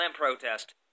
protest